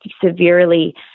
severely